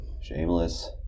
Shameless